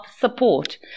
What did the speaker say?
support